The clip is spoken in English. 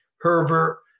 Herbert